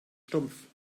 stumpf